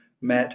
met